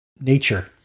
nature